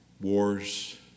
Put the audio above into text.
wars